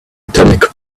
atomic